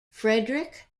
frederick